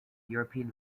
european